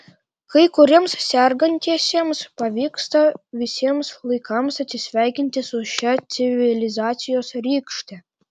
kai kuriems sergantiesiems pavyksta visiems laikams atsisveikinti su šia civilizacijos rykšte